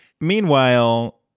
Meanwhile